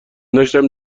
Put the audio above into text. داشتم